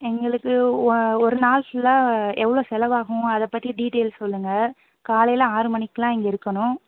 எங்களுக்கு ஒரு நாள் ஃபுல்லா எவ்வளோ செலவாகும் அதை பற்றி டீட்டெயில்ஸ் சொல்லுங்கள் காலையில் ஆறு மணிக்குலாம் இங்கே இருக்கணும்